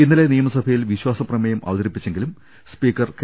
ഇന്നലെ നിയമസഭയിൽ വിശ്വാസപ്രമേയം അവതരിപ്പിച്ചെങ്കിലും സ്പീക്കർ കെ